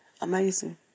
amazing